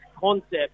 concept